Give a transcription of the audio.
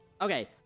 Okay